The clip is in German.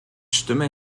stimme